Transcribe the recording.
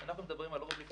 אנחנו מדברים על עבירות